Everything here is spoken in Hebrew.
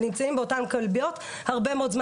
הם נמצאים באותן כלביות הרבה מאוד זמן.